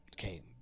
okay